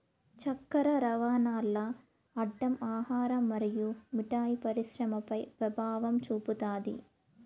చక్కర రవాణాల్ల అడ్డం ఆహార మరియు మిఠాయి పరిశ్రమపై పెభావం చూపుతాది